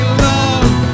love